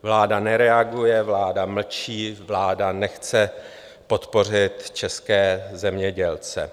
Vláda nereaguje, vláda mlčí, vláda nechce podpořit české zemědělce.